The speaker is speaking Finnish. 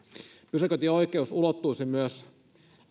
pysäköintioikeus ulottuisi myös